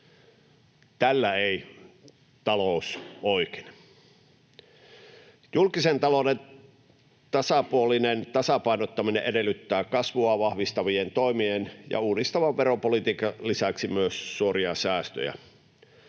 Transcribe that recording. Tällä ei talous oikene. Julkisen talouden tasapuolinen tasapainottaminen edellyttää kasvua vahvistavien toimien ja uudistavan veropolitiikan lisäksi myös suoria säästöjä.